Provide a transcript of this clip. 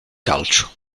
calcio